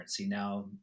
Now